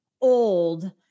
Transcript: old